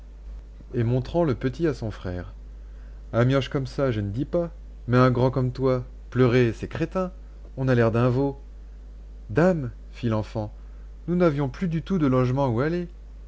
et montrant le petit à son frère un mioche comme ça je ne dis pas mais un grand comme toi pleurer c'est crétin on a l'air d'un veau dame fit l'enfant nous n'avions plus du tout de logement où aller